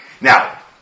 Now